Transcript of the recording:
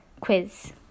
quiz